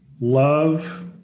love